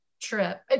trip